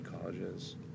Colleges